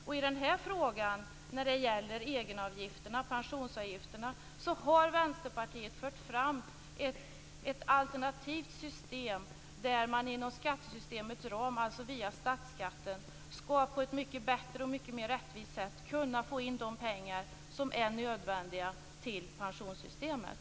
Och när det gäller egenavgifterna, pensionsavgifterna, har Vänsterpartiet fört fram ett alternativt system där man inom skattesystemets ram, dvs. via statsskatten, på ett mycket bättre och mer rättvist sätt skall kunna få in de pengar som är nödvändiga till pensionssystemet.